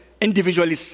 individually